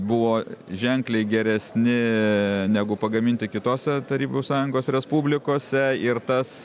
buvo ženkliai geresni negu pagaminti kitose tarybų sąjungos respublikose ir tas